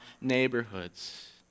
neighborhoods